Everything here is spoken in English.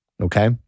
Okay